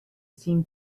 seem